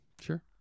Sure